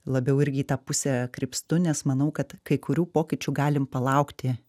labiau irgi į tą pusę krypstu nes manau kad kai kurių pokyčių galim palaukti